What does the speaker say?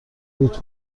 بود